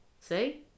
See